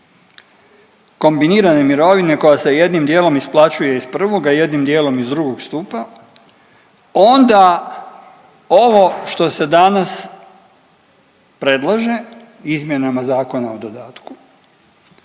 kombinirane mirovine koja se jednim dijelom isplaćuje iz 1., a jednim dijelom iz 2. stupa, onda ovo što se danas predlaže izmjenama zakona o dodatku,